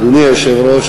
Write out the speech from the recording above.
אדוני היושב-ראש,